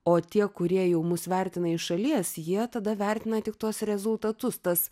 o tie kurie jau mus vertina iš šalies jie tada vertina tik tuos rezultatus tas